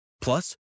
Plus